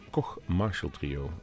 Koch-Marshall-trio